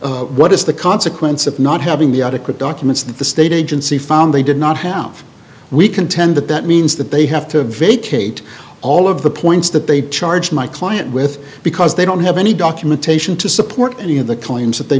documents what is the consequence of not having the adequate documents that the state agency found they did not have we contend that that means that they have to vacate all of the points that they charge my client with because they don't have any documentation to support any of the claims that they